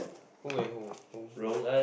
who and who who who